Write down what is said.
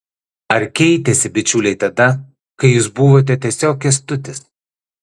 ar keitėsi bičiuliai tada kai jūs buvote tiesiog kęstutis